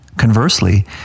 Conversely